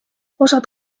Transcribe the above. osad